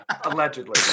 Allegedly